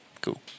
Cool